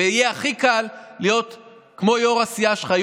ויהיה הכי קל להיות כמו יו"ר הסיעה שלך,